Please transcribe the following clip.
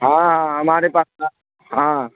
ہاں ہاں ہمارے پاس ہاں